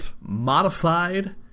modified